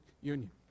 union